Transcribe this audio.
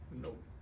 Nope